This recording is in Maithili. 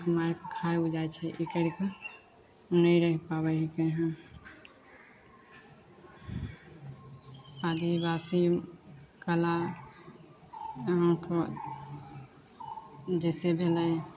मानि लियै कि जे तनी पढ़ाइ अच्छा रहै खातिर जा आ जे खातिर जाइ रहियै लेकिन हमरा हमरा आरके इसकुलके इसकुल इसकुलमे बहुत मन लगै रहए आबै रहै खाना आबै रहै खाइ रहियै घुमै फिरै रहियै घुमै फिरै जे खाइ रहियै